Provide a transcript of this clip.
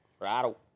Rattle